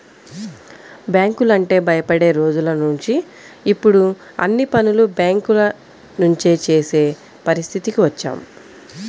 బ్యాంకులంటే భయపడే రోజులనుంచి ఇప్పుడు అన్ని పనులు బ్యేంకుల నుంచే చేసే పరిస్థితికి వచ్చాం